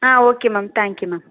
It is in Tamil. ah okay ma'am thank you ma'am